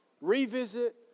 Revisit